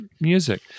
music